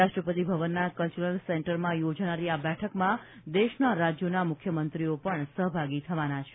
રાષ્ટ્રપતિ ભવનના કલ્ચરલ સેન્ટરમાં યોજાનારી આ બેઠકમાં દેશના રાજ્યોના મુખ્યમંત્રીઓ પણ સહભાગી થવાના છે